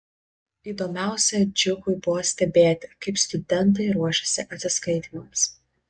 įdomiausia džiugui buvo stebėti kaip studentai ruošiasi atsiskaitymams